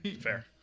Fair